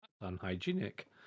unhygienic